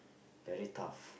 very tough